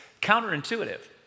counterintuitive